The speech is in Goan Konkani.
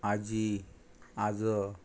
आजी आजो